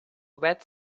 red